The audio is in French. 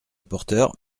rapporteur